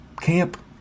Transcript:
camp